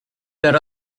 there